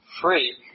free